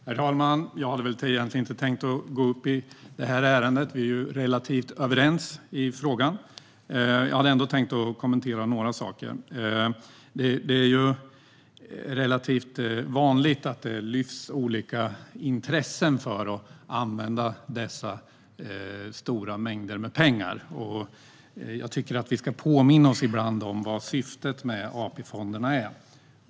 Herr talman! Jag hade egentligen inte tänkt gå upp i det här ärendet. Vi är ju relativt överens i frågan. Jag tänker ändå kommentera några saker. Det är relativt vanligt att olika intressen lyfts fram för att använda dessa stora mängder med pengar. Jag tycker att vi ibland ska påminna oss om vad syftet med AP-fonderna är.